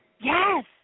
Yes